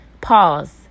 pause